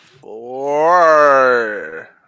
four